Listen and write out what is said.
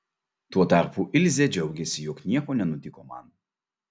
tuo tarpu ilzė džiaugėsi jog nieko nenutiko man